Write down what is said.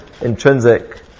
intrinsic